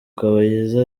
kabayiza